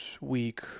week